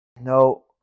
No